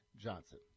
Johnson